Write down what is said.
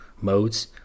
modes